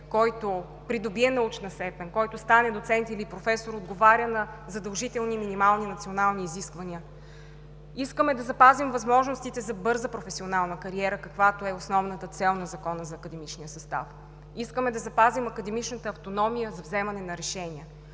който придобие научна степен, който стане доцент или професор, отговаря на задължителни минимални национални изисквания. Искаме да запазим възможностите за бърза професионална кариера, каквато е основната цел на Закона за академичния състав. Искаме да запазим академичната автономия за вземане на решения.